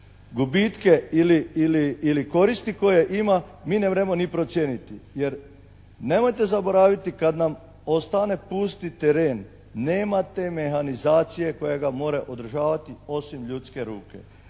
gubitke ili koristi koje ima, mi nemremo ni procijeniti. Jer nemojte zaboraviti kad nam ostane pusti teren, nema te mehanizacije koja ga more održavati osim ljudske ruka.